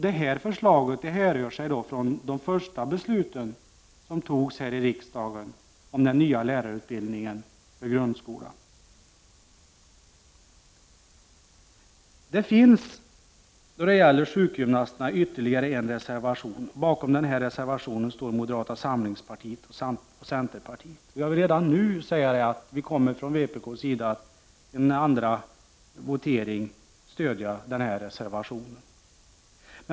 Detta förslag härrör från de första besluten som fattades här i riksdagen om den nya lärarutbildningen för grundskolan. Det finns då det gäller sjukgymnasterna ytterligare en reservation. Bakom denna står moderata samlingspartiet och centerpartiet. Jag vill redan nu säga att vpk i en andra voteringsomgång kommer att stödja denna reservation.